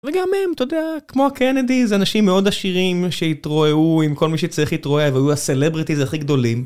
וגם הם, אתה יודע, כמו הקנדיז, אנשים מאוד עשירים שהתרועעו עם כל מי שצריך להתרועע, והיו הסלבריטיז הכי גדולים.